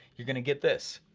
you're gonna get this.